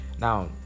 now